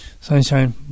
Sunshine